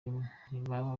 ntibaba